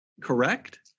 Correct